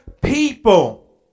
people